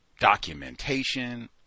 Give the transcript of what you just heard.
documentation